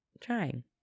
trying